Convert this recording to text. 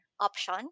option